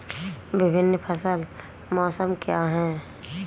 विभिन्न फसल मौसम क्या हैं?